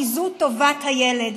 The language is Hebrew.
כי זו טובת הילד.